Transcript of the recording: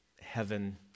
heaven